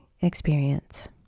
experience